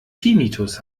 tinnitus